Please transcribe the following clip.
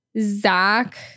Zach